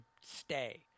stay